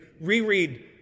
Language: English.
reread